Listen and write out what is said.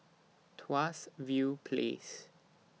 Tuas View Place